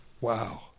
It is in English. Wow